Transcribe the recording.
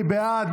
מי בעד?